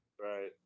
Right